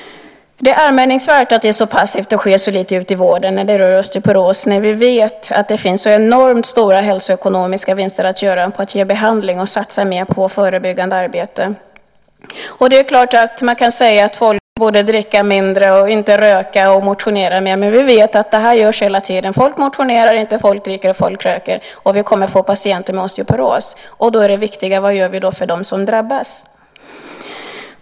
Det är anmärkningsvärt att det är så passivt och sker så lite ute i vården när det rör osteoporos när vi vet att det finns så enormt stora hälsoekonomiska vinster att göra på att ge behandling och satsa mer på förebyggande arbete. Det är klart att man kan säga att folk borde dricka mindre, inte röka och motionera mer, men vi vet att det görs hela tiden. Folk motionerar inte, folk dricker och röker och vi kommer att få patienter med osteoporos. Då är det viktiga vad vi gör för dem som drabbas.